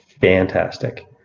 fantastic